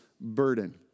burden